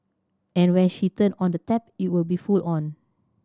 and when she turn on the tap it will be full on